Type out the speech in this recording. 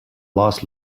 lost